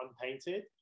unpainted